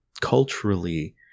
culturally